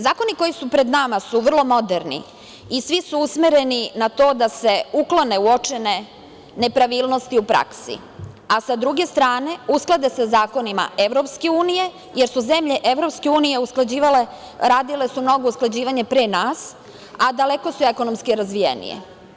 Zakoni koji su pred nama su vrlo moderni i svi su usmereni na to da se uklone uočene nepravilnosti u praksi, a sa druge strane usklade sa zakonima EU jer su zemlje EU usklađivale, radile su mnoga usklađivanja pre nas, a daleko su ekonomski razvijenije.